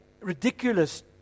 ridiculous